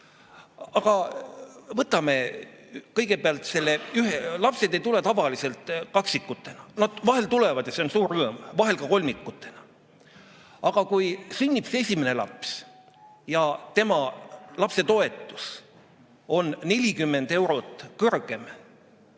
Aga võtame kõigepealt selle, et lapsed ei tule tavaliselt kaksikutena. No vahel tulevad ja see on suur rõõm, vahel ka kolmikutena. Aga kui sünnib esimene laps ja tema lapsetoetus on 40 eurot kõrgem